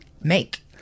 make